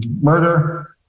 murder